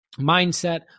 mindset